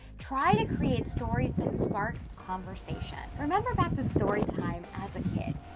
try to create stories that spark conversation. remember back to story time as a kid,